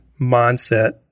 mindset